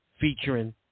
featuring